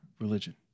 religion